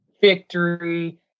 victory